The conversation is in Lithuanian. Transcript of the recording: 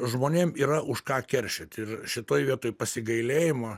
žmonėm yra už ką keršyt ir šitoj vietoj pasigailėjimo